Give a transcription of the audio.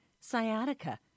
sciatica